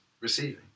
receiving